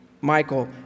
Michael